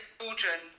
children